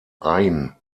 ain